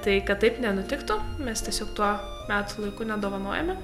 tai kad taip nenutiktų mes tiesiog tuo metų laiku nedovanojame